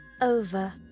over